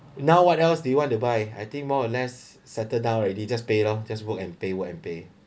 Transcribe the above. now what else do you want to buy I think more or less settle down already just pay it lor just work and pay work and pay